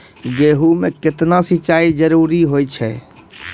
गेहूँ म केतना सिंचाई जरूरी होय छै?